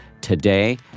today